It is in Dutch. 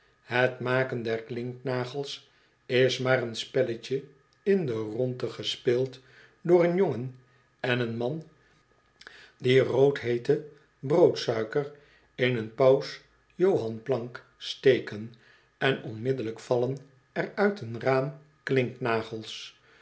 het maken der klinknagels is maar een spelletje in de rondte gespeeld door een jongen en een man die rood hcete broodsuiker in een paus johan plank steken en onmiddellijk vallen er uit een raam